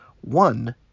One